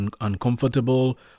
uncomfortable